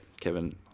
Kevin